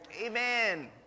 Amen